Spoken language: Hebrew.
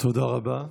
תודה רבה.